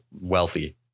wealthy